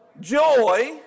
joy